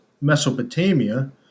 Mesopotamia